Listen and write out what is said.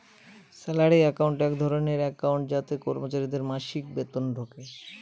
salary account এক ধরনের account যাতে কর্মচারীদের মাসিক বেতন ঢোকে